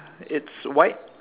it's white